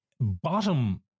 bottom